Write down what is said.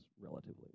relatively